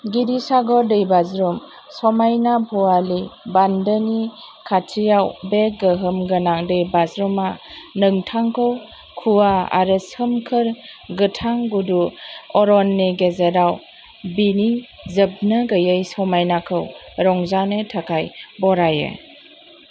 गिरिसागर दैबाज्रुम समायना भवाली बानदोनि खाथियाव बे गोहोमगोनां दैबाज्रुमा नोंथांखौ खुवा आरो सोमखोर गोथां गुदु अरननि गेजेराव बिनि जोबनो गैयै समायनाखौ रंजानो थाखाय बराइयो